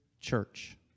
church